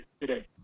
today